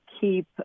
keep